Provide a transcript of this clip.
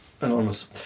Anonymous